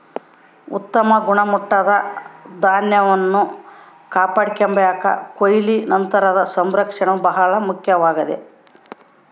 ಉತ್ತಮ ಗುಣಮಟ್ಟದ ಧಾನ್ಯವನ್ನು ಕಾಪಾಡಿಕೆಂಬಾಕ ಕೊಯ್ಲು ನಂತರದ ಸಂಸ್ಕರಣೆ ಬಹಳ ಮುಖ್ಯವಾಗ್ಯದ